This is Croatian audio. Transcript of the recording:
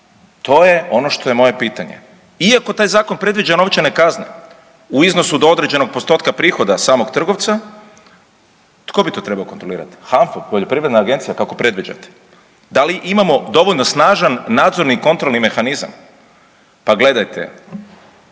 To je ono što je moje pitanje. Iako taj zakon predviđa novčane kazne u iznosu do određenog postotka prihoda samog trgovca, tko bi to trebao kontrolirat? HNFA, Poljoprivredna agencija kako predviđate? Da li imamo dovoljno snažan nadzorni kontrolni mehanizam? Pa gledajte,